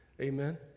amen